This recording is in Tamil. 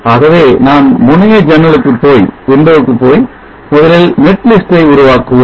ஆகவே நான் முனைய ஜன்னலுக்கு போய் முதலில் net list ஐ உருவாக்குவோம்